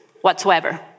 whatsoever